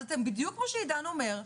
אז אתם בדיוק כמו שעידן אומר,